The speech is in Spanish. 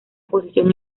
posición